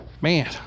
Man